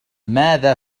ماذا